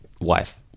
wife